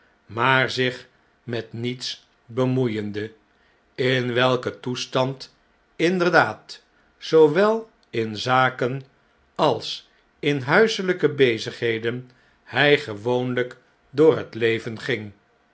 maar zich met niets bemoeiende in welken toestand inderdaad zoowel in zaken alsinhuiseljjke bezigheden hjj gewoonlijk door het leven ging